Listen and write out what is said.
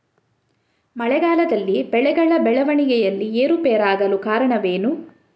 ಮಳೆಗಾಲದಲ್ಲಿ ಬೆಳೆಗಳ ಬೆಳವಣಿಗೆಯಲ್ಲಿ ಏರುಪೇರಾಗಲು ಕಾರಣವೇನು?